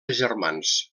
germans